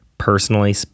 Personally